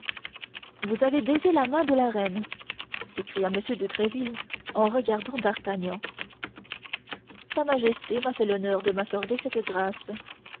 vous avez baisé la main de la reine s'écria m de tréville en regardant d'artagnan sa majesté m'a fait l'honneur de m'accorder cette grâce